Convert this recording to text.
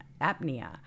apnea